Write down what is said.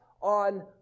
on